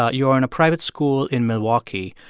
ah you are in a private school in milwaukee.